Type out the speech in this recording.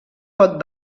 pot